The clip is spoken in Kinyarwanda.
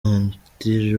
anti